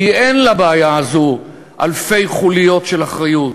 כי אין לבעיה הזאת אלפי חוליות של אחריות,